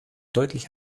deutlich